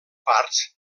parts